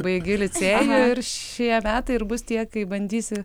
baigi licėjų ir šie metai ir bus tie kai bandysi